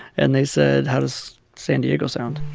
and they said, how does san diego sound?